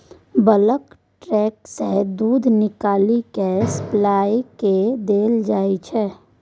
bulk tank सँ दुध निकालि केँ सप्लायर केँ देल जाइत छै